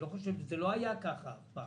זה לא היה כך אף פעם.